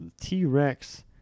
T-Rex